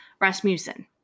Rasmussen